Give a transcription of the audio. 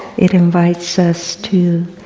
it invites us to